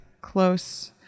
close